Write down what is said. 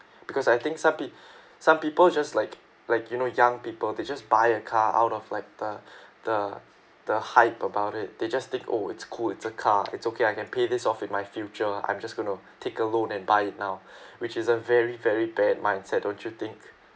because I think some peo~ some people just like like you know young people they just buy a car out of like the the the hype about it they just think oh it's cool it's a car it's okay I can pay this off in my future l ah I'm just going to take a loan and buy it now which is a very very bad mindset don't you think